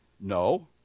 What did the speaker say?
No